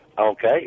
Okay